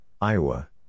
Iowa